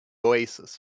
oasis